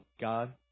God –